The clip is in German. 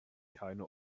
keine